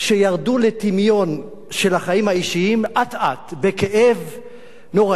שהחיים האישיים שלהם ירדו לטמיון אט-אט בכאב נוראי.